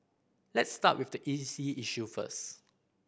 let's start with the easy issue first